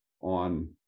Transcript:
On